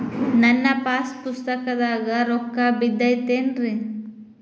ನನ್ನ ಪಾಸ್ ಪುಸ್ತಕದಾಗ ರೊಕ್ಕ ಬಿದ್ದೈತೇನ್ರಿ?